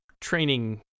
training